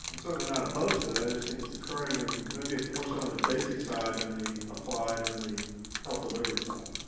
certainly not opposed to it. i just think it's occurring and maybe it's more so on the basic side then and the applied and the health delivery side.